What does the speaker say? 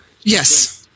Yes